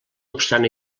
obstant